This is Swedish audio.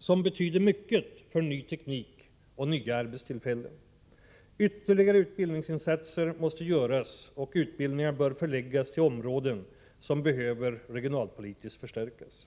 som betyder mycket för ny teknik och nya arbetstillfällen. Ytterligare utbildningsinsatser måste göras, och utbildningarna bör förläggas till områden som behöver förstärkas regionalpolitiskt.